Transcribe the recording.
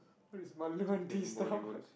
what is style